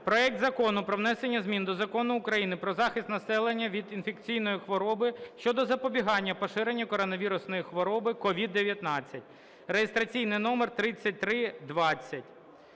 проект Закону про внесення змін до Закону України "Про захист населення від інфекційних хвороб" щодо запобігання поширенню коронавірусної хвороби (COVID-19) (реєстраційний номер 3320).